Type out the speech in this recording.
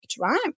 right